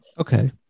Okay